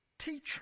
Teacher